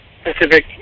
Pacific